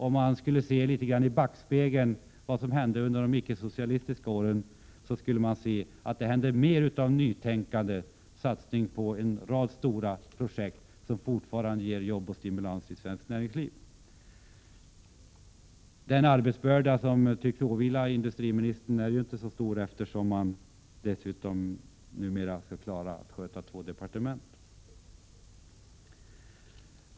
Om man tittade litet grand i backspegeln och betraktade något vad som hände under de icke-socialistiska åren, skulle man finna att det då var mer av nytänkande och mer av satsningar på en rad stora projekt, som fortfarande ger jobb och stimulans inom svenskt näringliv. Den arbetsbörda som åvilar industriministern tycks inte vara särskilt stor, eftersom han numera får sköta två departement.